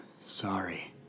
sorry